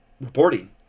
reporting